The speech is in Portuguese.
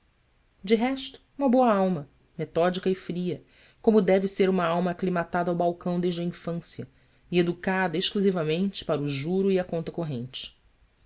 de resto uma boa alma metódica e fria como deve ser uma alma aclimatada ao balcão desde a infância e educada exclusivamente para o juro e a conta corrente